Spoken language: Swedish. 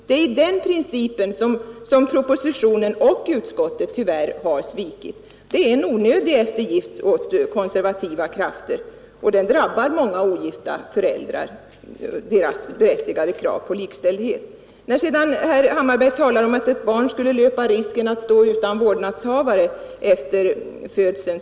Det är den principen som propositionen och utskottet tyvärr har svikit. Det är en onödig eftergift åt konservativa krafter, och den drabbar många ogifta föräldrars berättigade krav på likställdhet. Herr Hammarberg talade om att ett barn skulle löpa risken att stå utan vårdnadshavare efter födseln.